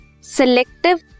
selective